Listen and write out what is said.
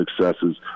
successes